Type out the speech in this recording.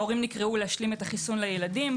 ההורים נקראו להשלים את החיסון לילדים.